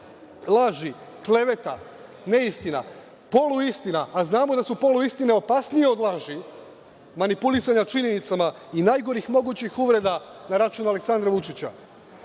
laži, kleveta, neistina, poluistina, a znamo da su poluistine opasnije od laži, manipulisanja činjenicama i najgorih mogućih uvreda na račun Aleksandra Vučića: